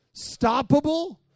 Stoppable